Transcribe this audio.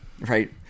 Right